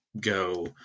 go